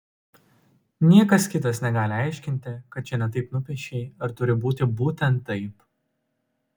niekas kitas negali aiškinti kad čia ne taip nupiešei ar turi būti būtent taip